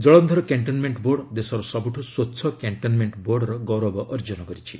Jalandhar cantonment board ଦେଶର ସବୁଠୁ ସ୍ପଚ୍ଛ କ୍ୟାଷ୍ଟନମେଷ୍ଟ ବୋର୍ଡ ର ଗୌରବ ଅର୍ଜନ କରିଛି